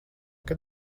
kad